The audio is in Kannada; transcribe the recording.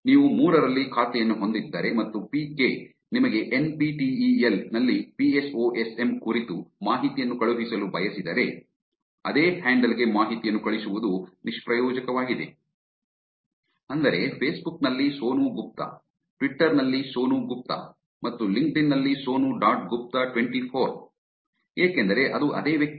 ನೀವು ಮೂರರಲ್ಲಿ ಖಾತೆಯನ್ನು ಹೊಂದಿದ್ದರೆ ಮತ್ತು ಪಿ ಕೆ ನಿಮಗೆ N P T E L ನಲ್ಲಿ PSOSM ಕುರಿತು ಮಾಹಿತಿಯನ್ನು ಕಳುಹಿಸಲು ಬಯಸಿದರೆ ಅದೇ ಹ್ಯಾಂಡಲ್ ಗೆ ಮಾಹಿತಿಯನ್ನು ಕಳುಹಿಸುವುದು ನಿಷ್ಪ್ರಯೋಜಕವಾಗಿದೆ ಅಂದರೆ ಫೇಸ್ಬುಕ್ ನಲ್ಲಿ ಸೋನು ಗುಪ್ತಾ ಟ್ವಿಟರ್ ನಲ್ಲಿ ಸೋನು ಗುಪ್ತಾ ಮತ್ತು ಲಿಂಕ್ಡ್ಇನ್ ನಲ್ಲಿ ಸೋನು ಡಾಟ್ ಗುಪ್ತಾ 24 ಏಕೆಂದರೆ ಅದು ಅದೇ ವ್ಯಕ್ತಿ